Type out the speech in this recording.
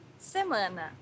Semana